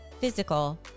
physical